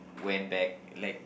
went back like